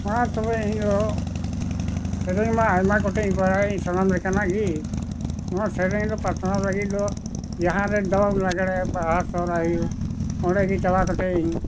ᱢᱟ ᱛᱚᱵᱮ ᱤᱧ ᱫᱚ ᱥᱮᱨᱮᱧ ᱢᱟ ᱟᱭᱢᱟ ᱜᱚᱴᱮᱡ ᱤᱧ ᱵᱟᱲᱟᱭ ᱥᱟᱱᱟᱢ ᱞᱮᱠᱟᱱᱟᱜ ᱜᱮ ᱱᱚᱣᱟ ᱥᱮᱨᱮᱧ ᱫᱚ ᱯᱟᱥᱱᱟᱣ ᱞᱟᱹᱜᱤᱫ ᱫᱚ ᱡᱟᱦᱟᱸᱨᱮ ᱫᱚᱝ ᱞᱟᱜᱽᱬᱮ ᱵᱟᱦᱟ ᱥᱚᱦᱨᱟᱭ ᱦᱩᱭᱩᱜ ᱚᱸᱰᱮᱜᱮ ᱪᱟᱞᱟᱣ ᱠᱟᱛᱮᱫ ᱤᱧ